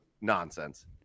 nonsense